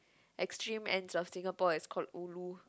extreme ends of Singapore is called ulu